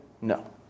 No